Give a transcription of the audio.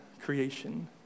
creation